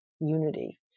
unity